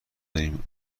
داریم